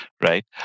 right